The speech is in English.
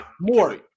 More